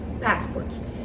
passports